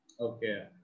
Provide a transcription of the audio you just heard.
Okay